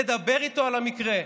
לדבר איתו על המקרה,